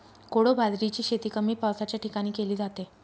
कोडो बाजरीची शेती कमी पावसाच्या ठिकाणी केली जाते